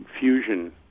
fusion